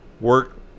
work